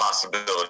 possibility